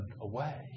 away